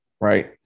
Right